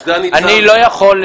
טוב.